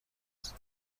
است